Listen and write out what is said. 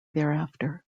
thereafter